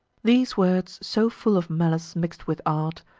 these words, so full of malice mix'd with art,